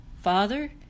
Father